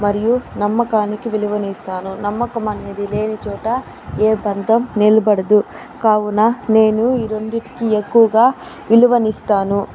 మరియు నమ్మకానికి విలువను ఇస్తాను నమ్మకం అనేది లేని చోట ఏ బంధం నిలబడదు కావున నేను ఈ రెండిటికి ఎక్కువగా విలువను ఇస్తాను